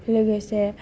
लोगोसे